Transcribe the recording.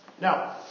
Now